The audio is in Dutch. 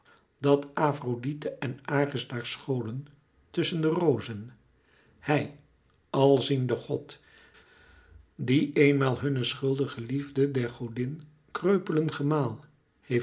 dat afrodite en ares daar scholen tusschen de rozen hij àlziende god die eenmaal hunne schuldige liefde der godin